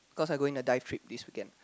because I going a dive trip this weekend